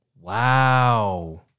Wow